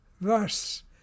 Thus